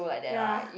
ya